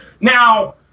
Now